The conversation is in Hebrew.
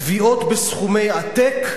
תביעות בסכומי עתק,